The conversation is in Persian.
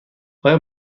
آیا